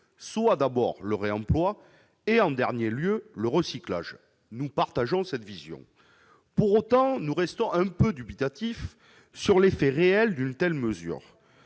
soit d'abord le réemploi et en dernier lieu le recyclage. Nous partageons cette vision. Pour autant, nous restons quelque peu dubitatifs sur l'effet réel d'une telle mesure.